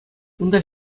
унта